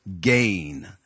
gain